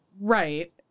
right